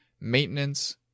maintenance